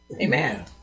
Amen